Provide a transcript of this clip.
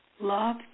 Love